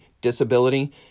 disability